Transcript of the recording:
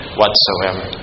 whatsoever